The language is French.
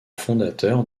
fondateur